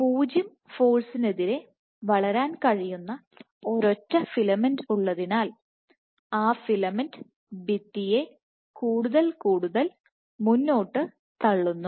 0 ഫോഴ്സിനെതിരെ വളരാൻ കഴിയുന്ന ഒരൊറ്റ ഫിലമെന്റ് ഉള്ളതിനാൽ ആ ഫിലമെന്റ് ഭിത്തിയെ കൂടുതൽ കൂടുതൽ മുന്നോട്ട് തള്ളുന്നു